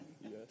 Yes